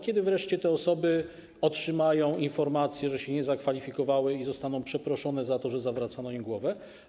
Kiedy wreszcie te osoby otrzymają informację, że się nie zakwalifikowały, i zostaną przeproszone za to, że zawracano im głowę?